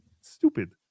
Stupid